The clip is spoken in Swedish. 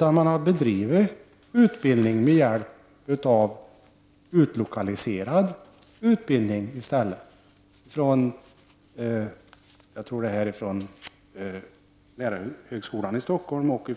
Man har i stället bedrivit utbildningen i form av utlokaliserad utbildning från lärarhögskolan i Stockholm och